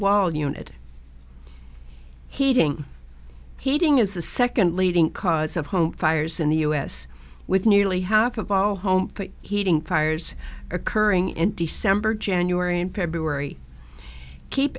wall unit heating heating is the second leading cause of home fires in the us with nearly half of all home heating fires occurring in december january and february keep